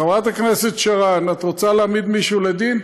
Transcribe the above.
חברת הכנסת שרן, את רוצה להעמיד מישהו לדין?